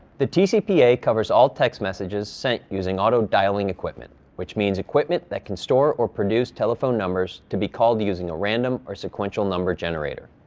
the tcpa covers all text messages sent using autodialing equipment, which means equipment that can store or produce telephone numbers to be called using a random or sequential number generator.